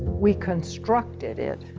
we constructed it.